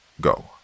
Go